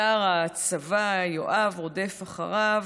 שר הצבא יואב רודף אחריו,